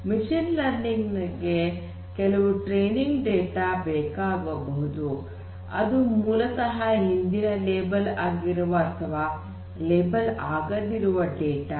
machine learning ಗೆ ಕೆಲವು training data ಬೇಕಾಗಬಹುದು ಅದು ಮೂಲತಃ ಹಿಂದಿನ ಲೇಬಲ್ ಆಗಿರುವ ಅಥವಾ ಲೇಬಲ್ ಆಗದಿರುವ ಡೇಟಾ